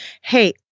hey